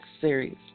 series